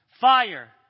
Fire